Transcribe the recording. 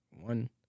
One